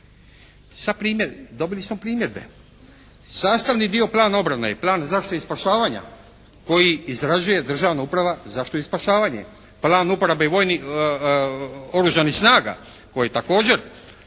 odobrava. Dobili smo primjedbe. Sastavni dio Plana obrane je Plan zaštite i spašavanja koji izrađuje Državna uprava za zaštitu i spašavanje. Plan uporabe Oružanih snaga koji također